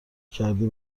کردی